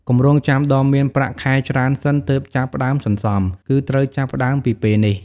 កុំរង់ចាំដល់មានប្រាក់ខែច្រើនសិនទើបចាប់ផ្ដើមសន្សំ គឺត្រូវចាប់ផ្ដើមពីពេលនេះ។